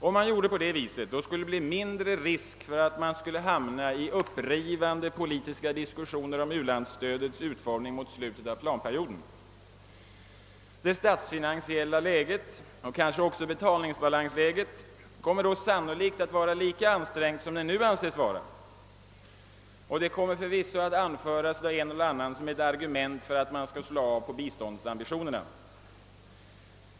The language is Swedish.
Om man gjorde på det viset skulle det bli mindre risk för att man skulle hamna i upprivande politiska diskussioner om u-landsstödets utformning mot slutet av planperioden. Det statsfinansiella läget, och kanske också betalningsbalansläget, kommer då sannolikt att vara lika ansträngt som det nu anses vara, och det kommer förvisso att anföras av en eller annan såsom ett argument för att slå av på biståndsambitionerna.